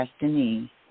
destiny